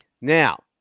Now